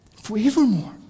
forevermore